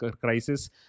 crisis